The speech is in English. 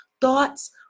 thoughts